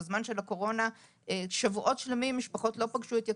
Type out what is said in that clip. בזמן של הקורונה שבועות שלמים משפחות לא פגשו את יקיריהם.